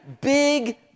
big